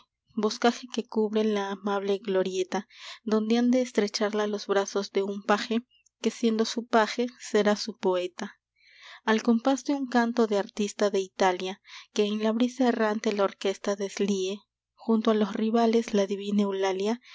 boscaje que cubre la amable glorieta donde han de estrecharla los brazos de un paje que siendo su paje será su poeta al compás de un canto de artista de italia que en la brisa errante la orquesta deslíe junto a los rivales la divina eulalia